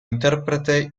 interprete